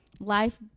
life